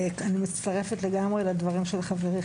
אני מצטרפת לגמרי לדברים של חברי,